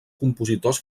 compositors